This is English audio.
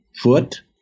foot